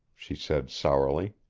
she said sourly.